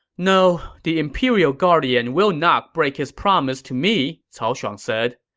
no, the imperial guardian will not break his promise to me, cao shuang said.